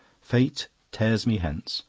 fate tears me hence.